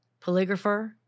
Polygrapher